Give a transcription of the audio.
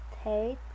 State